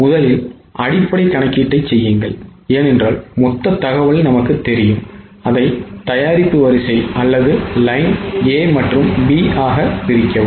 முதலில் அடிப்படை கணக்கீட்டைச் செய்யுங்கள் ஏனென்றால் மொத்த தகவல் நமக்குத் தெரியும் அதை தயாரிப்பு வரிசை அல்லது லைன் A மற்றும் B ஆக பிரிக்கவும்